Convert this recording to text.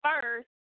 First